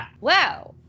Wow